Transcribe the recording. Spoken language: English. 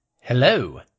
Hello